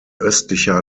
östlicher